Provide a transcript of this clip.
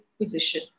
position